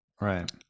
Right